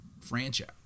franchise